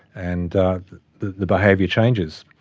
and the the behaviour changes.